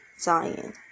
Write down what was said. Zion